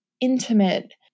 intimate